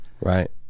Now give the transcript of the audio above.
right